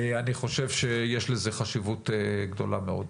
אני חושב שיש לזה חשיבות גדולה מאוד.